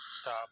Stop